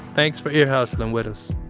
thanks for ear hustling with us